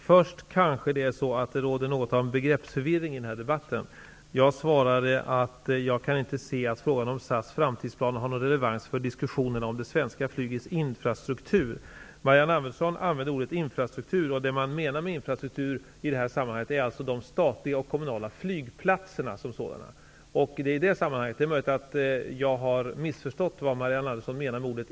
Fru talman! Det verkar råda en viss begreppsförvirring i den här debatten. Jag sade i mitt svar: ''Jag kan inte se att frågan om SAS framtidsplaner har någon relevans för diskussionerna om det svenska flygets infrastruktur.'' Marianne Andersson använde ordet ''infrastruktur'', och det är möjligt att jag har missförstått vad hon menade med det. Med infrastruktur menas emellertid i det här sammanhanget de statliga och kommunala flygplatserna.